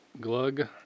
Glug